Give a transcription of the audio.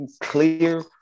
clear